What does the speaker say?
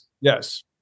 Yes